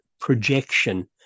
projection